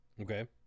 Okay